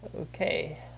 Okay